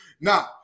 Now